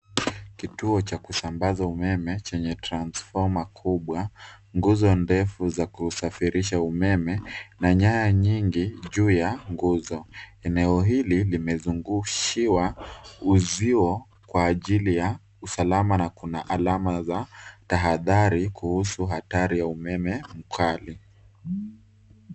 Kituo cha kusambaza umeme, chenye transfoma kubwa, nguzo ndefu za kusafirisha umeme, na nyaya nyingi juu ya nguzo. Eneo hili limezungushiwa uzio kwa ajili ya usalama na kuna alama za tahadhari kuhusu hatari ya umeme mkali.